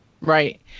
Right